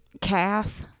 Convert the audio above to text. calf